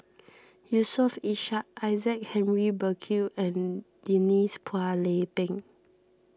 Yusof Ishak Isaac Henry Burkill and Denise Phua Lay Peng